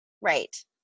Right